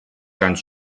ganz